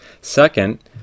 Second